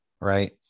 right